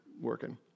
working